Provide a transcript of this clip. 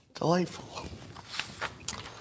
Delightful